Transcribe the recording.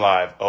Live